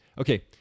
Okay